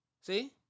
see